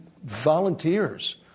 Volunteers